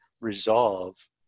resolve